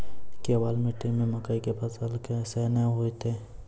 केवाल मिट्टी मे मकई के फ़सल कैसनौ होईतै?